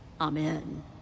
Amen